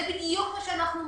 זה בדיוק מה שאנחנו אומרים.